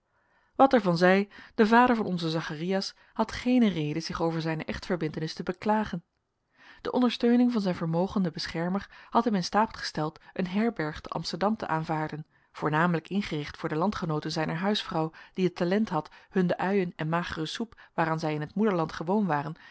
wat er van zij de vader van onzen zacharias had geene reden zich over zijne echtverbintenia te beklagen de ondersteuning van zijn vermogenden beschermer had hem in staat gesteld een herberg te amsterdam te aanvaarden voornamelijk ingericht voor de landgenooten zijner huisvrouw die het talent had hun de uien en magere soep waaraan zij in het moederland gewoon waren